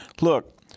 Look